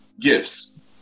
gifts